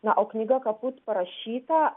na o knyga kaput parašyta